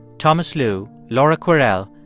thomas lu, laura kwerel,